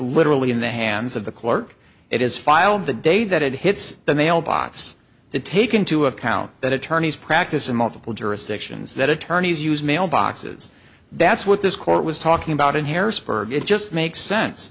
literally in the hands of the clerk it is filed the day that it hits the mailbox to take into account that attorneys practice in multiple jurisdictions that attorneys use mailboxes that's what this court was talking about in harrisburg it just makes sense